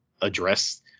address